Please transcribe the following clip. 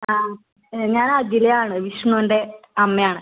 ആ ഞാൻ അഖില ആണ് വിഷ്ണുവിൻ്റെ അമ്മ ആണ്